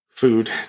Food